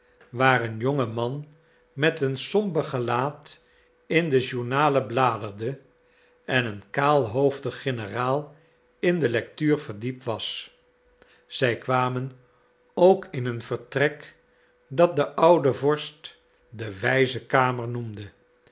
waar een jonge man met een somber gelaat in de journalen bladerde en een kaalhoofdig generaal in de lectuur verdiept was zij kwamen ook in een vertrek dat de oude vorst de wijze kamer noemde